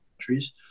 countries